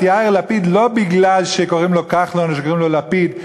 יאיר לפיד לא מפני שקוראים לו כחלון או שקוראים לו לפיד,